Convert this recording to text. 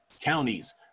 counties